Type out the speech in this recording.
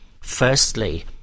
firstly